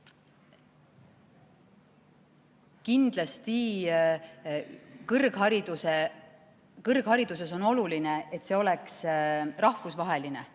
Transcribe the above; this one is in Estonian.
Kindlasti kõrghariduses on oluline, et see oleks rahvusvaheline.